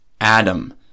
Adam